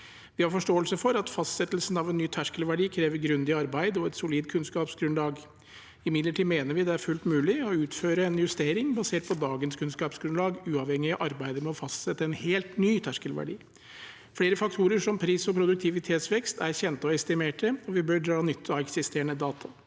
Vi har forståelse for at fastsettelsen av en ny terskelverdi krever grundig arbeid og et solid kunnskapsgrunnlag. Imidlertid mener vi det er fullt mulig å utføre en justering basert på dagens kunnskapsgrunnlag, uavhengig av arbeidet med å fastsette en helt ny terskelverdi. Flere faktorer, som pris og produktivitetsvekst, er kjente og estimerte, og vi bør dra nytte av eksisterende data.